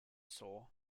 soar